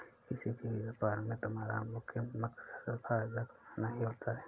किसी भी व्यापार में तुम्हारा मुख्य मकसद फायदा कमाना ही होता है